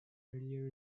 earlier